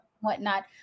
whatnot